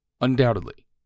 Undoubtedly